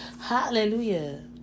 Hallelujah